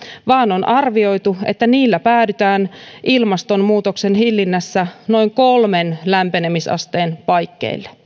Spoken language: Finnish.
vaan on arvioitu että niillä päädytään ilmastonmuutoksen hillinnässä noin kolmeen lämpenemisasteen paikkeille